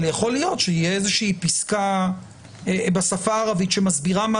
יכול להיות שתהיה איזושהי פסקה בשפה הערבית שמסבירה מה